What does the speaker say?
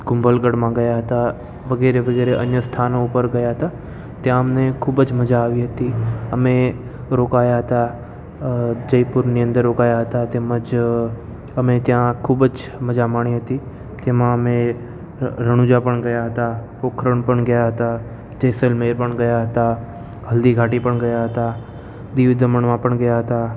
કુંભલ ગઢમાં ગયા હતા વગેરે વગેરે અન્ય સ્થાનો ઉપર ગયા તા ત્યાં અમને ખૂબ જ મજા આવી હતી અમે રોકાયા હતા જયપુરની અંદર રોકાયા હતા તેમજ અમે ત્યાં ખૂબ જ મજા માણી હતી તેમાં અમે રણુજા પણ ગયા હતા પોખરણ પણ ગયા હતા જેસલમેર પણ ગયા હતા હલ્દી ઘાટી પણ ગયા હતા દીવ દમણમાં પણ ગયા તા